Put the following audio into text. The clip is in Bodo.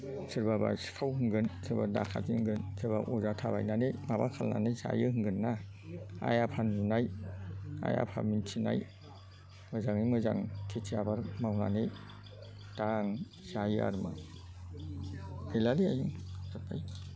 सोरबा बा सिखाव होनगोन सोरबा दाखाइट होनगोन सोरबा अजा थाबायनानै माबा खालायनानै जायो होनगोन ना आइ आफानि नुनाय आइ आफा मोनथिनाय मोजाङै मोजां खेथि आबाद मावनानै दा आं जायो आरोमा गैलालै आइ जोबबाय